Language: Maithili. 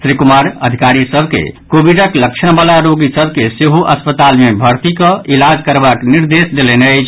श्री कुमार अधिकारी सभ के कोविडक लक्षण वला रोगी सभ के सेहो अस्पताल मे भर्ती कऽ इलाज करबाक निर्देश देलनि अछि